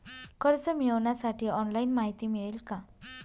कर्ज मिळविण्यासाठी ऑनलाइन माहिती मिळेल का?